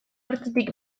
urtetik